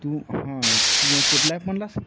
तू हां तू मग कुठला एप म्हणालास